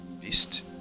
beast